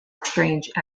strange